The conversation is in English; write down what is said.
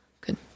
Good